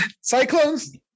Cyclones